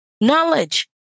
Knowledge